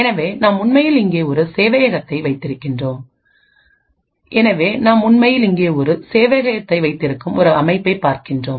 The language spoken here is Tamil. எனவே நாம் உண்மையில் இங்கே ஒரு சேவையகத்தை வைத்திருக்கும் ஒரு அமைப்பைப் பார்க்கிறோம்